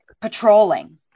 patrolling